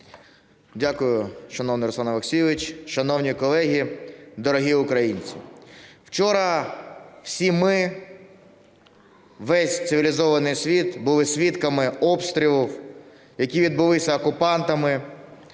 Дякую, шановний Руслан Олексійович. Шановні колеги, дорогі українці, вчора всі ми, весь цивілізований світ були свідками обстрілів, які відбулися, окупантами.